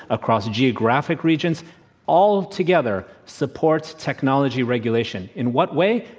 across geographic regions altogether support technology regulation. in what way?